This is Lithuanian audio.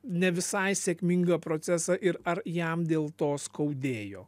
ne visai sėkmingą procesą ir ar jam dėl to skaudėjo